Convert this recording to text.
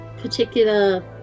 particular